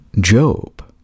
Job